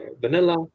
vanilla